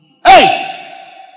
Hey